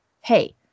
hey